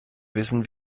wissen